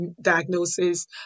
diagnosis